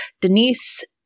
Denise